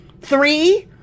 three